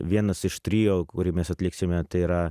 vienas iš trio kurį mes atliksime tai yra